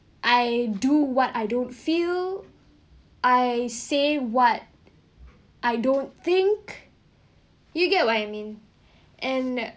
I do what I don't feel I say what I don't think you get what you mean and uh